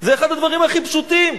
זה אחד הדברים הכי פשוטים.